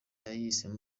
yayise